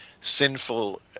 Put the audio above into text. sinful